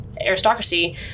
aristocracy